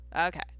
okay